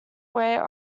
wear